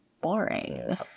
boring